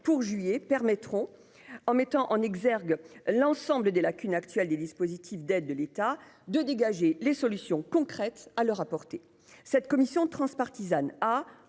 pour juillet permettront en mettant en exergue l'ensemble des lacunes actuelles des dispositifs d'aide de l'État de dégager les solutions concrètes à leur apporter cette commission transpartisane.